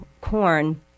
corn